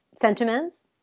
sentiments